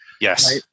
Yes